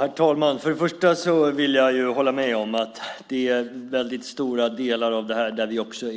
Herr talman! Jag håller med om att vi är överens i stora delar. Jag har också